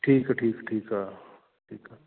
ਠੀਕ ਆ ਠੀਕ ਠੀਕ ਆ ਠੀਕ ਆ